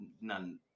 none